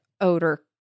odor